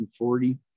140